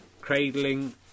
cradling